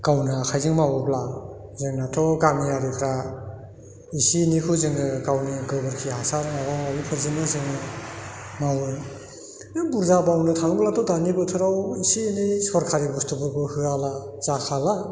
गावनो आखायजों मावोब्ला जोंनाथ' गामियारिफ्रा इसे एनैखौ जोङो गावनि गोबोरखि हासार माबा माबिफोरजोंनो जों मावो नों बुरजा मावनो थांङोब्लाथ' दानि बोथोराव एसे एनै सरकारि बुस्थुफोरखौ होआब्ला जाखाला